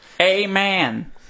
Amen